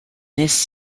this